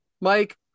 Mike